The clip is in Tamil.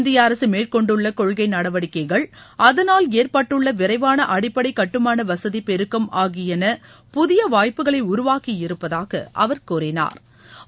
இந்திய அரசு மேற்கொண்டுள்ள கொள்கை நடவடிக்கைகள் அதனால் அஏற்பட்டுள்ள விரைவான அடிப்படை கட்டுமானவசதி பெருக்கம் ஆகியன புதிய வாய்ப்புகளை உருவாக்கியிருப்பதாக அவா் கூறினாா்